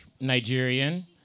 Nigerian